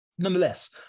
Nonetheless